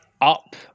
up